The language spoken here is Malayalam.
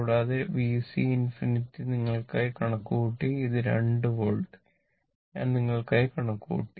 കൂടാതെ VC∞ നിങ്ങൾക്കായി കണക്കുകൂട്ടി ഇത് 2 വോൾട്ട് ഞാൻ നിങ്ങൾക്കായി കണക്കുകൂട്ടി